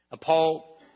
Paul